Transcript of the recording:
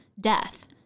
death